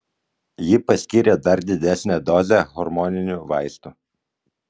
ji paskyrė dar didesnę dozę hormoninių vaistų